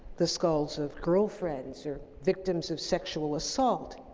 the skulls of girlfriends or victims of sexual assault